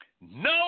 No